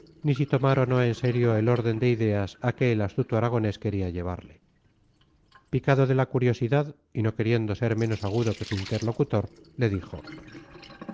ni si tomar o no en serio el orden de ideas a que el astuto aragonés quería llevarle picado de la curiosidad y no queriendo ser menos agudo que su interlocutor le dijo